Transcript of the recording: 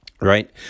right